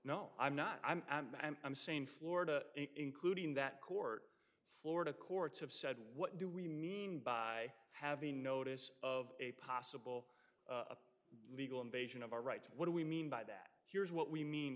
no i'm not i'm saying florida including that court florida courts have said what do we mean by having notice of a possible legal invasion of our rights what do we mean by that here's